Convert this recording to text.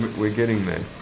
we're getting there.